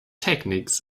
techniques